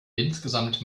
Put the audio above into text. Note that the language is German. insgesamt